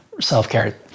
self-care